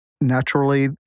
Naturally